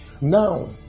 Now